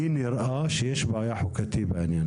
לי נראה שיש בעיה חוקתית בעניין